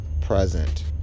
present